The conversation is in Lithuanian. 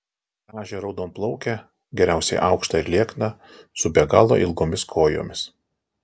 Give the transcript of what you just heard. gražią raudonplaukę geriausia aukštą ir liekną su be galo ilgomis kojomis